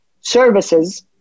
services